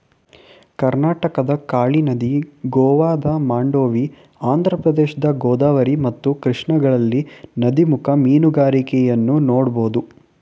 ಕರ್ನಾಟಕದ ಕಾಳಿ ನದಿ, ಗೋವಾದ ಮಾಂಡೋವಿ, ಆಂಧ್ರಪ್ರದೇಶದ ಗೋದಾವರಿ ಮತ್ತು ಕೃಷ್ಣಗಳಲ್ಲಿ ನದಿಮುಖ ಮೀನುಗಾರಿಕೆಯನ್ನು ನೋಡ್ಬೋದು